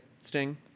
sting